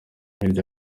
hirya